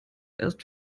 erst